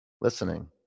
listening